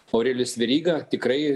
aurelijus veryga tikrai